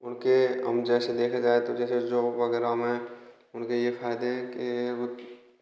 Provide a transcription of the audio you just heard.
उनके हम जैसे से देखा जाए तो जॉब वगैरह में उनके ये फायदे हैं कि